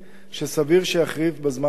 שסביר שיחריף בזמן הקרוב.